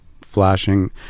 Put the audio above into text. flashing